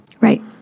right